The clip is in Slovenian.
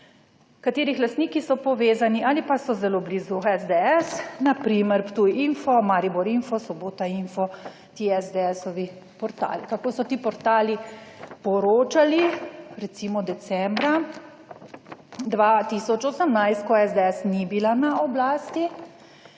katerih lastniki so povezani ali pa so zelo blizu SDS. Na primer Ptujinfo, Mariborinfo, Sobotainfo ti SDS portali kako so ti portali poročali recimo decembra 2018, ko SDS ni bila na oblasti